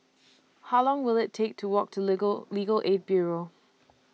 How Long Will IT Take to Walk to Legal Legal Aid Bureau